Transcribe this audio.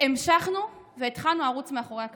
והמשכנו והתחלנו ערוץ מאחורי הקלעים.